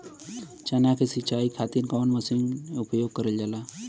चना के सिंचाई खाती कवन मसीन उपयोग करल जाला?